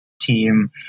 team